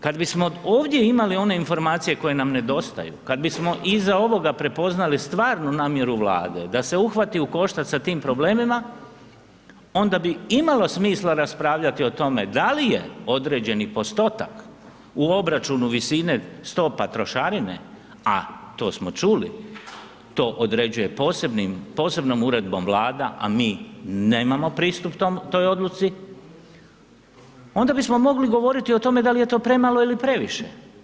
Kada bismo ovdje imali one informacije koje nam nedostaju, kada bismo iza ovoga prepoznali stvarnu namjeru Vlade da se uhvati u koštac s tim problemima, onda bi imalo smisla raspravljati o tome da li je određeni postotak u obračunu visine stopa trošarine, a to smo čuli, to određuje posebnom uredbom Vlada, a mi nemamo pristup toj odluci, onda bismo mogli govoriti o tome da li je to premalo ili previše.